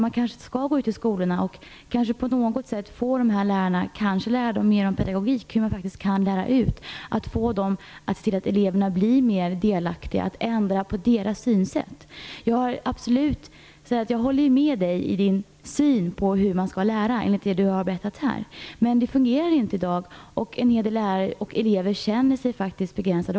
Man skall kanske besöka skolorna och på något sätt kanske få lärare att lära mer om pedagogik, om hur man faktiskt kan lära ut. Det gäller att få dem att se till att eleverna blir mera delaktiga och att ändra på deras synsätt. Jag håller med Ylva Johansson när det gäller synen på hur man skall lära - enligt vad som berättats här. Men det fungerar inte i dag. En hel del lärare och elever känner sig faktiskt begränsade.